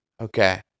Okay